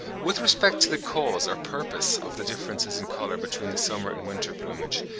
with respect to the cause or purpose of the differences in colour between the summer and winter plumage,